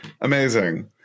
Amazing